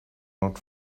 not